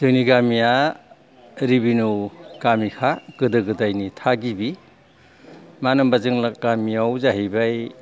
जोंनि गामिया रिबेनिउ गामिखा गोदो गोदायनि थागिबि मानो होनबा जोंना गामियाव जाहैबाय